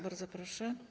Bardzo proszę.